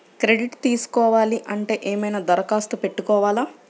Credit తీసుకోవాలి అంటే ఏమైనా దరఖాస్తు పెట్టుకోవాలా?